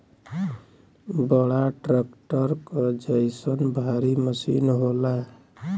बड़ा ट्रक्टर क जइसन भारी मसीन होला